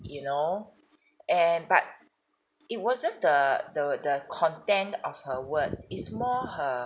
you know and but it wasn't the the the content of her words it's more her